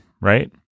right